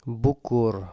bukur